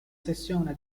sessione